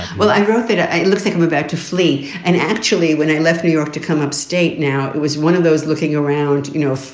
well, i wrote it. it looks like we're back to sleep. and actually, when i left new york to come upstate now, it was one of those looking around, you know,